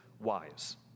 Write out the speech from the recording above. wise